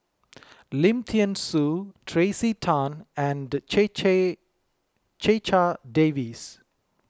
Lim thean Soo Tracey Tan and Checha Davies